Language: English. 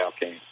game